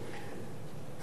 אין כאן שום דבר חדש.